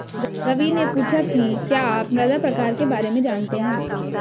रवि ने पूछा कि क्या आप मृदा प्रकार के बारे में जानते है?